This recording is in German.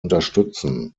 unterstützen